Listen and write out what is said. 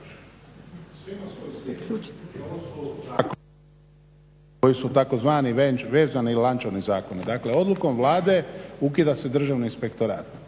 ne razumije se./… koji su tzv. vezani lančani zakoni. Dakle, odlukom Vlade ukida se Državni inspektorat.